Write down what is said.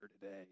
today